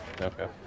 Okay